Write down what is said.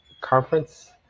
conference